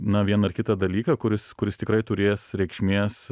na vieną ar kitą dalyką kuris kuris tikrai turės reikšmės